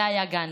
זה היה גנדי,